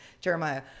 Jeremiah